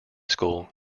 school